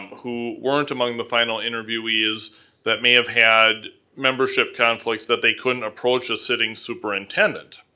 who weren't among the final interviewees that may of had membership conflicts that they couldn't approach a sitting superintendent.